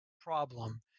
problem